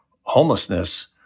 homelessness